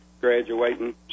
graduating